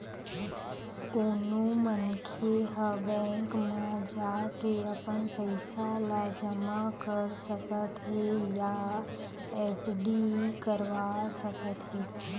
कोनो मनखे ह बेंक म जाके अपन पइसा ल जमा कर सकत हे या एफडी करवा सकत हे